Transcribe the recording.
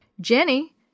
Jenny